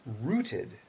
rooted